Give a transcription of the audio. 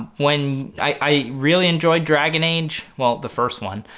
when, i really enjoyed dragon age, well the first one.